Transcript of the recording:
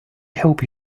hope